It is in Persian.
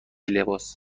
لباس